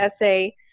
essay